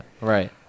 right